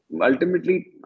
ultimately